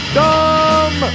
dumb